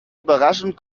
überraschend